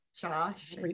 Josh